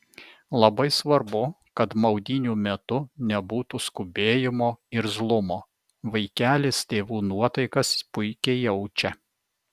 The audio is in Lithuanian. labai svarbu kad maudynių metu nebūtų skubėjimo irzlumo vaikelis tėvų nuotaikas puikiai jaučia